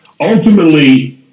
ultimately